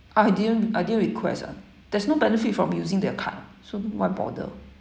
I didn't I didn't request lah there's no benefit from using their card so why bother